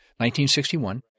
1961